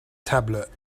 tablet